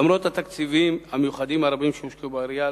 למרות התקציבים המיוחדים הרבים שהושקעו בעירייה,